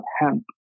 hemp